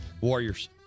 Warriors